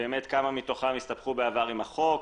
כמה מתוכם הסתבכו בעבר עם החוק,